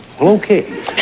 Okay